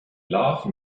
love